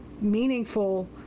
meaningful